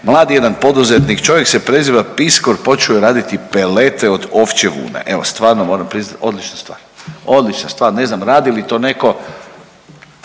Mladi jedan poduzetnik čovjek se preziva Piskor, počeo je raditi pelete od ovčje vune, evo stvarno moram priznat odlična stvar, odlična stvar, ne znam radi li to neko,